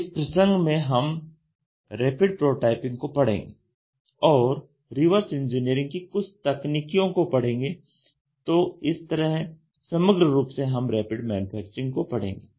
इस प्रसंग में हम रैपिड प्रोटोटाइपिंग को पढ़ेंगे और रिवर्स इंजीनियरिंग की कुछ तकनीकीयों को पढ़ेंगे तो इस तरह समग्र रूप से हम रैपिड मैन्युफैक्चरिंग को पढ़ेंगे